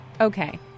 Okay